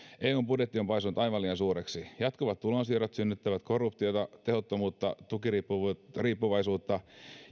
eun budjetti on paisunut aivan liian suureksi jatkuvat tulonsiirrot synnyttävät korruptiota tehottomuutta tukiriippuvaisuutta